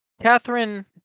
catherine